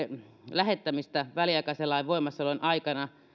lähettämistä väliaikaisen lain voimassaolon aikana